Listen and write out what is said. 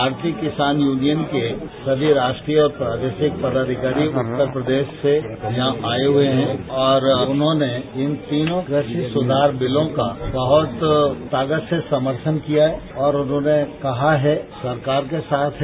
भारतीय किसान यूनियन के सभी राष्ट्रीय और प्रादेशिक पदाधिकारी उत्तर प्रदेश से यहां आये हुए हैं और उन तीनों ने इन कृषि सुधार बिलों का बहुत ताकत से समर्थन किया है और उन्होंने कहा है सरकार के साथ हैं